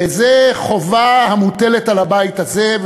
וזו חובה המוטלת על הבית הזה.